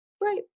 Right